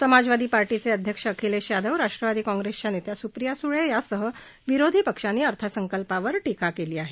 समाजवादी पार्टीचे अध्यक्ष अखिलेश यादव राष्ट्रवादी काँग्रेसच्या नेत्या सुप्रिया सुळे यांच्यासह सर्वच विरोधी पक्षांनी अर्थसंकल्पावर टीका केली आहे